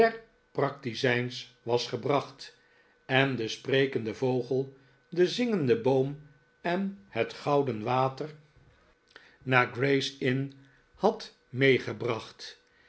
praktizijns was gebracht en den sprekenden vogel den zingenden boom en het gouden water naar ww l f ik ontmoet mijn oudsten bekende gray's inn had meegebracht